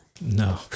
No